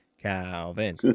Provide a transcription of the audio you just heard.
Calvin